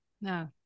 No